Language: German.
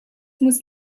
muss